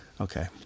Okay